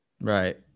Right